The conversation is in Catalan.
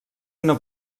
una